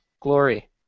glory